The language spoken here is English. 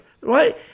Right